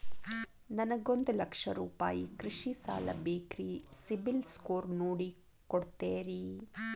ನನಗೊಂದ ಲಕ್ಷ ರೂಪಾಯಿ ಕೃಷಿ ಸಾಲ ಬೇಕ್ರಿ ಸಿಬಿಲ್ ಸ್ಕೋರ್ ನೋಡಿ ಕೊಡ್ತೇರಿ?